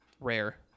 rare